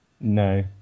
no